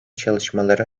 çalışmaları